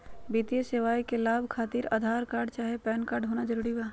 वित्तीय सेवाएं का लाभ खातिर आधार कार्ड चाहे पैन कार्ड होना जरूरी बा?